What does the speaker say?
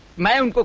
madam but